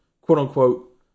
quote-unquote